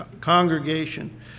congregation